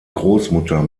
großmutter